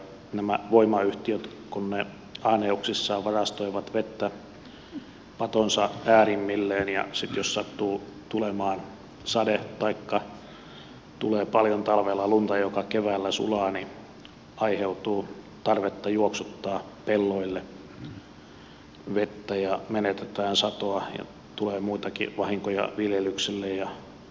kun nämä voimayhtiöt ahneuksissaan varastoivat vettä patonsa äärimmilleen ja sitten jos sattuu tulemaan sade taikka tulee paljon talvella lunta joka keväällä sulaa niin aiheutuu tarvetta juoksuttaa pelloille vettä menetetään satoa ja tulee muitakin vahinkoja viljelyksille ja asutuksille